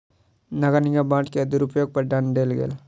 नगर निगम बांड के दुरूपयोग पर दंड देल गेल